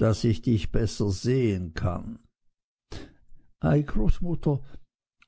daß ich dich besser sehen kann ei großmutter